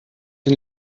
den